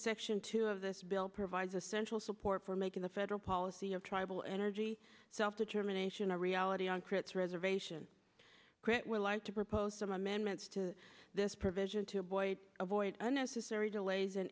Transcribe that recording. section two of this bill provides essential support for making the federal policy of tribal energy self determination a reality and creates reservation we like to propose some amendments to this provision to boy avoid unnecessary delays an